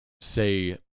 say